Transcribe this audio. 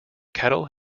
cattle